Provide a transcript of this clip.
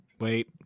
Wait